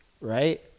right